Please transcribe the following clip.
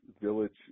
village